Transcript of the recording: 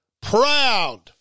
proud